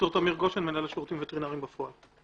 אני מנהל השירותים הווטרינריים בפועל.